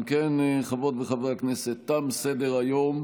אם כן, חברות וחברי הכנסת, תם סדר-היום.